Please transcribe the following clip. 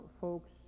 folks